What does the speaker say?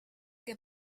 que